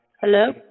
Hello